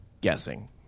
guessing